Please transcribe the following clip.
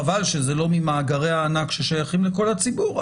חבל שזה לא ממאגרי הענק ששייכים לכל הציבור,